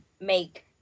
make